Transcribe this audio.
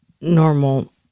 normal